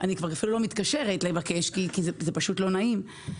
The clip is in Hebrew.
אפילו לא מתקשרת לבקש כי זה פשוט לא נעים.